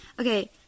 Okay